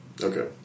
Okay